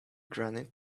granite